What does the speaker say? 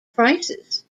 prices